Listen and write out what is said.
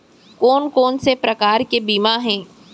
कोन कोन से प्रकार के बीमा हे?